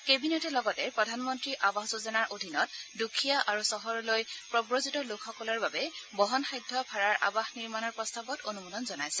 কেবিনেটে লগতে প্ৰধানমন্ত্ৰী আবাস যোজনাৰ অধীনত দুখীয়া আৰু চহৰলৈ প্ৰৱজিত লোকসকলৰ বাবে বহনসাধ্য ভাৰাৰ আৱাস নিৰ্মাণৰ প্ৰস্তাৱত অনুমোদন জনাইছে